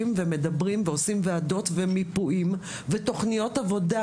ומדברים ועושים ועדות ומיפויים ותוכניות עבודה,